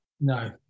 No